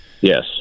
Yes